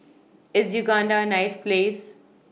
IS Uganda nice Place